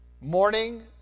Morning